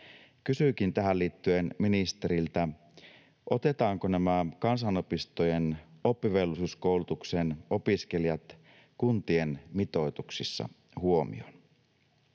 Kysynkin tähän liittyen ministeriltä: otetaanko nämä kansanopistojen oppivelvollisuuskoulutuksen opiskelijat kuntien mitoituksissa huomioon?